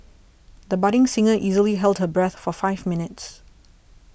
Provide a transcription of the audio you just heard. the budding singer easily held her breath for five minutes